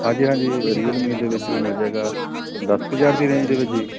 ਹਾਂਜੀ ਹਾਂਜੀ ਰੀਅਲਮੀ ਦੇ ਵਿੱਚ ਵੀ ਮਿਲ ਜਾਵੇਗਾ ਦਸ ਕੁ ਹਜ਼ਾਰ ਦੀ ਰੇਂਜ ਦੇ ਵਿੱਚ ਜੀ